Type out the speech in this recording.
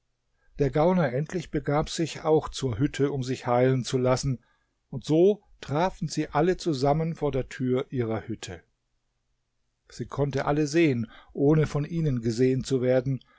der gauner endlich begab sich auch zur hütte um sich heilen zu lassen und so trafen alle zusammen vor der tür ihrer hütte sie konnte alle sehen ohne von ihnen gesehen zu werden